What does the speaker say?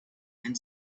and